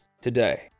today